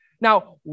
Now